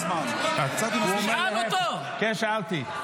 --- כן, שאלתי.